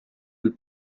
del